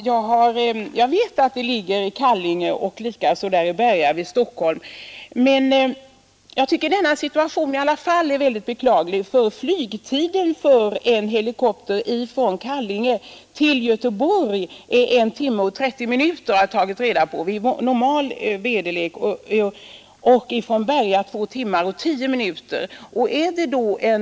Herr talman! Jag vet att tunga helikoptrar finns baserade vid Kallinge och i Berga intill Stockholm. Men jag tycker ändå att situationen är beklaglig. Flygtiden för en helikopter från Kallinge till Göteborg är en timme och trettio minuter, enligt vad jag har tagit reda på, och från Berga två timmar och tio minuter. Dessa siffror gäller vid normal väderlek.